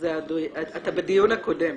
אתה בדיון הקודם.